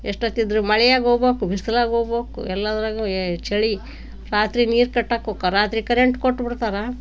ಎಷ್ಟೊತ್ತಿದ್ದರೂ ಮಳೆಯಾಗ ಹೋಬೇಕು ಬಿಸಿಲಾಗ ಹೋಬೇಕು ಎಲ್ಲಾದ್ರಾಗೂ ಏ ಚಳಿ ರಾತ್ರಿ ನೀರು ಕಟ್ಟೋಕೋಕರ ರಾತ್ರಿ ಕರೆಂಟ್ ಕೊಟ್ಬಿಡ್ತಾರೆ